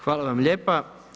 Hvala vam lijepa.